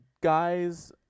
guys